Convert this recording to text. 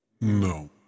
No